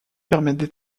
permettent